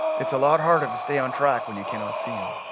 it's a lot harder to stay on track when you cannot see him.